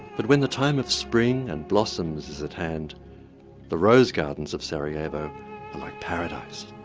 but when the time of spring and blossoms is at hand the rose gardens of sarajevo are like paradise.